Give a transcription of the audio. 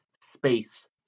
space